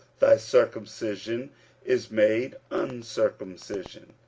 thy circumcision is made uncircumcision.